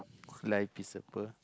like piece of fur